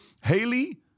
Haley